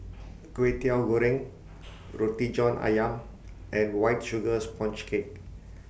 Kwetiau Goreng Roti John Ayam and White Sugar Sponge Cake